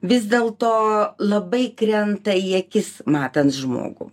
vis dėl to labai krenta į akis matant žmogų